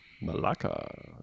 Malacca